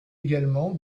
également